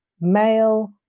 male